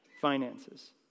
finances